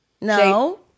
No